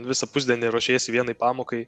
visą pusdienį ruošiesi vienai pamokai